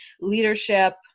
leadership